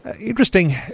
interesting